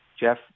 Jeff